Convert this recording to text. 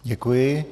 Děkuji.